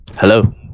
Hello